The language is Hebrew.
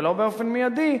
ולא באופן מיידי,